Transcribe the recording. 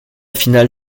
finale